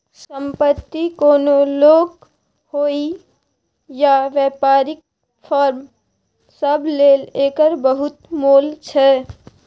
संपत्ति कोनो लोक होइ या बेपारीक फर्म सब लेल एकर बहुत मोल छै